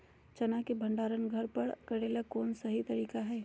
चना के भंडारण घर पर करेले कौन सही तरीका है?